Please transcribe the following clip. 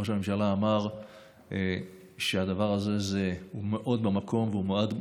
ראש הממשלה אמר שהדבר הזה הוא מאוד במקום והוא מאוד בעדו.